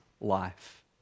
life